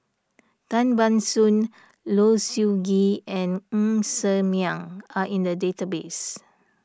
Tan Ban Soon Low Siew Nghee and Ng Ser Miang are in the database